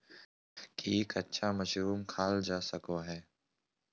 की कच्चा मशरूम खाल जा सको हय?